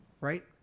right